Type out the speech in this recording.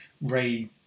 Ray